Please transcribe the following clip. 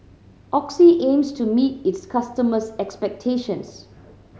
Oxy aims to meet its customers' expectations